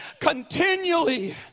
continually